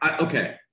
Okay